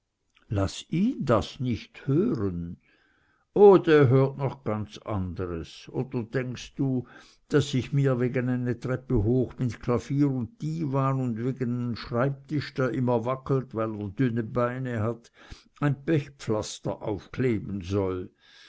laß ihn das nich hören oh der hört noch ganz andres oder denkst du daß ich mir wegen eine treppe hoch mit klavier un diwan un wegen nen schreibtisch der immer wackelt weil er dünne beine hat ein pechpflaster aufkleben soll